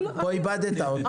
פה איבדת אותו.